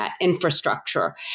infrastructure